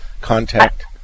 contact